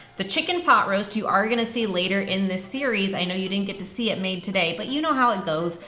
the chicken pot roast you are gonna see later in this series. i know you didn't get to see it made today, but you know how it goes.